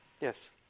Yes